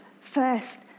first